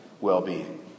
well-being